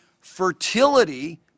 Fertility